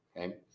okay